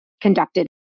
conducted